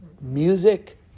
Music